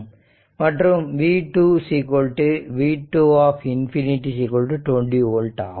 மற்றும் v2 v2 ∞ 20 old ஆகும்